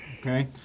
Okay